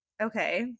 Okay